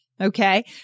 Okay